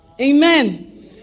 Amen